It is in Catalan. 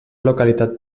localitat